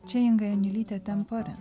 čia inga janiulytė temporin